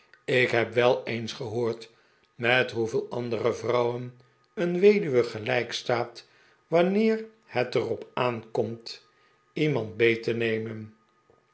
ik heb wel eens gehoord met hoeveel andere vrouwen een weduwe gelijk staat wanneer het er op aan komt iemand beet te nemen